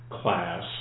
class